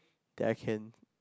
that I can